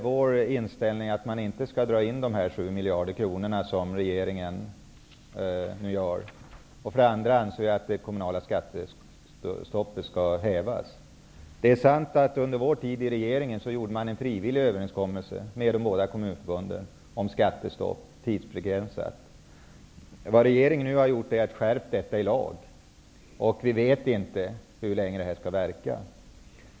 Vår inställning är att man inte skall dra in de 7 miljarder kronor som regeringen nu gör. Vi anser vidare att det kommunala skattestoppet skall hävas. Det är sant att under vår tid i regeringen gjorde man en frivillig överenskommelse med de båda kommunförbunden om tidsbegränsat skattestopp. Regeringen har nu skärpt detta i lag. Vi vet inte hur länge det här skall verka.